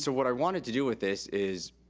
so what i wanted to do with this is,